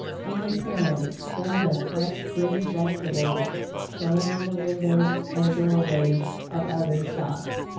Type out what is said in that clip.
in appearance than the fresh green vegetables shown in the windows and doorways of other shops.